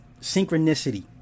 Synchronicity